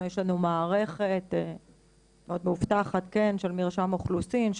יש לנו מערכת מאוד מאובטחת של מרשם אוכלוסין,